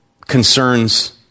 concerns